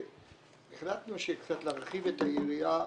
החלטנו קצת להרחיב את היריעה